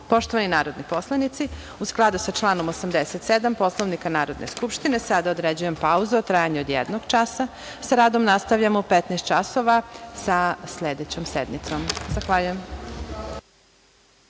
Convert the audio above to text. sazivu. Poštovani narodni poslanici, u skladu sa članom 87. Poslovnika Narodne skupštine, sada određujem pauzu u trajanju od jednog časa. Sa radom nastavljamo u 15.00 časova, sa sledećom sednicom. Zahvaljujem.(Posle